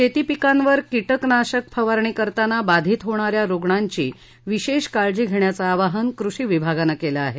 शेतीपिकांवर किटकनाशक फवारणी करताना बाधित होणाऱ्या रुग्णांची विशेष काळजी घेण्याचं आवाहन कृषी विभागानं केलं आहे